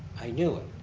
i knew it.